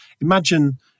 imagine